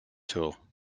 tool